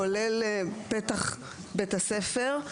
כולל פתח בית הספר,